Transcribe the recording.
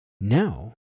no